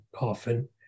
often